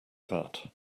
that